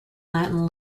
latin